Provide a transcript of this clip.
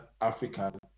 African